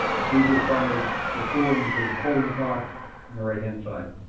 please respond as before into the polling pod on the right hand side.